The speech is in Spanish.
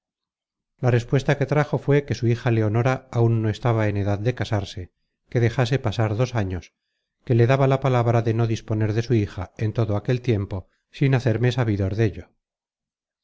la respuesta que trajo fué que su hija leonora áun no estaba en edad de casarse que dejase pasar dos años que le daba la palabra de no disponer de su hija en todo aquel tiempo sin hacerme sabidor dello